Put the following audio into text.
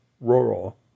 rural